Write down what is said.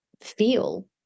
feel